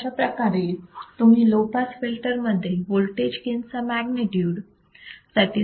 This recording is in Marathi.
तर अशाप्रकारे तुम्ही लो पास फिल्टर मध्ये वोल्टेज गेन च्या म्याग्निटुड साठी सूत्र लिहू शकता